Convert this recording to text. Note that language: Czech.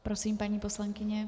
Prosím, paní poslankyně.